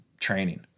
training